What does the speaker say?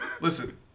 Listen